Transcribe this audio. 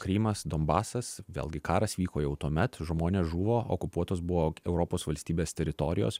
krymas donbasas vėlgi karas vyko jau tuomet žmonės žuvo okupuotos buvo europos valstybės teritorijos